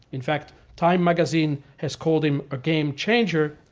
in fact, time magazine has called him a game changer.